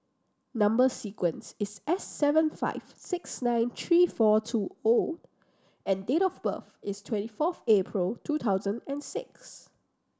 number sequence is S seven five six nine three four two O and date of birth is twenty fourth April two thousand and six